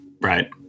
Right